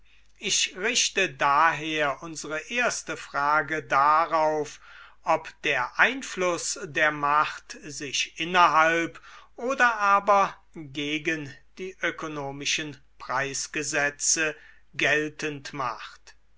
ich richte daher unsere erste frage darauf ob der einfluß der macht sich innerhalb oder aber gegen die ökonomischen preisgesetze geltend macht